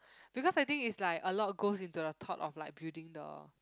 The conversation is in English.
because I think it's like a lot goes into the thought of like building the